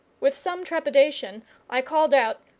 with some trepidation i called out,